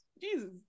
Jesus